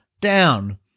down